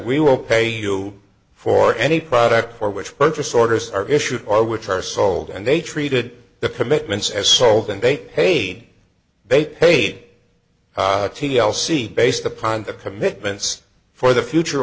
we will pay you for any product for which purchase orders are issued or which are sold and they treated the commitments as sold and they paid they paid t l c based upon the commitments for the future